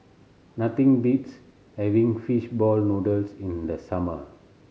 nothing beats having fish ball noodles in the summer